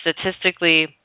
Statistically